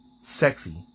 sexy